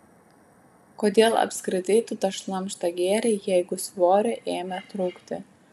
kodėl apskritai tu tą šlamštą gėrei jeigu svorio ėmė trūkti